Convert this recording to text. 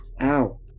Ow